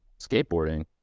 skateboarding